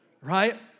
right